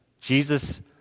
Jesus